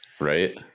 right